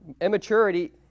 Immaturity